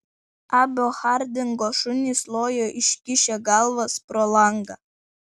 abio hardingo šunys lojo iškišę galvas pro langą